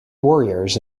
warriors